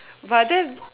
but then